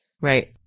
Right